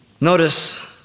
Notice